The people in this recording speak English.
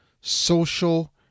social